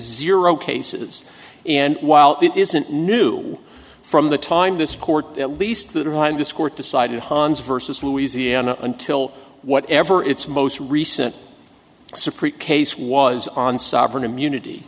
zero cases and while it isn't new from the time this court at least that high and this court decided hons versus louisiana until whatever its most recent supreme case was on sovereign immunity